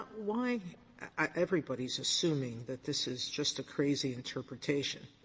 why everybody is assuming that this is just a crazy interpretation,